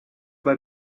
bij